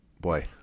Boy